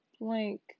blank